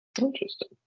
Interesting